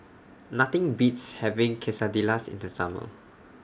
Nothing Beats having Quesadillas in The Summer